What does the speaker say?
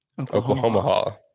Oklahoma